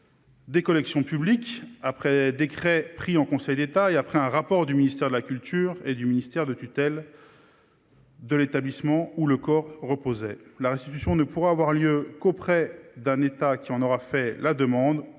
des collections publiques après décret pris en Conseil d'État et un rapport du ministère de la culture et du ministère de tutelle de l'établissement où le corps reposait. La restitution ne pourra avoir lieu qu'auprès d'un État, qui en aura fait la demande